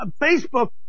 Facebook